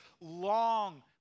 long